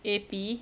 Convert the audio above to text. A P